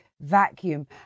vacuum